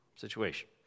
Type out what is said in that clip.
situation